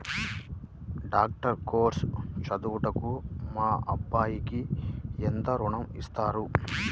Doctor course చదువుటకు మా అబ్బాయికి ఎంత ఋణం ఇస్తారు?